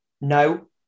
No